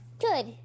good